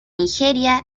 nigeria